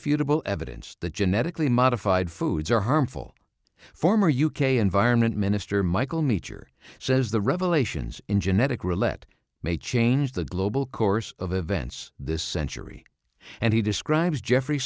irrefutable evidence that genetically modified foods are harmful former u k environment minister michael meacher says the revelations in genetic rillette may change the global course of events this century and he describes jeffrey